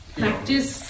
practice